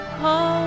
call